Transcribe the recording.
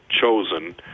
chosen